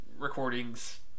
Recordings